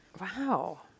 wow